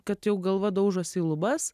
kad jau galva daužosi į lubas